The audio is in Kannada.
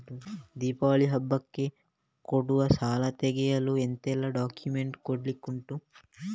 ದೀಪಾವಳಿ ಹಬ್ಬಕ್ಕೆ ಕೊಡುವ ಸಾಲ ತೆಗೆಯಲು ಎಂತೆಲ್ಲಾ ಡಾಕ್ಯುಮೆಂಟ್ಸ್ ಕೊಡ್ಲಿಕುಂಟು?